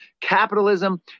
Capitalism